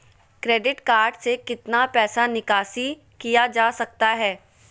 Credit card से कितना पैसा निकासी किया जा सकता है?